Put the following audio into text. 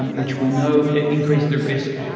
um which we know increases the risk,